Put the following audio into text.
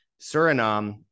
Suriname